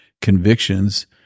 convictions